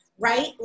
Right